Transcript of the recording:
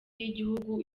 y’igihugu